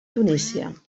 tunísia